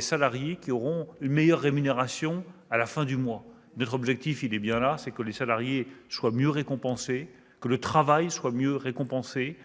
salariés pourront avoir une meilleure rémunération à la fin du mois. Voilà notre objectif : faire en sorte que les salariés soient mieux récompensés, que le travail soit mieux récompensé,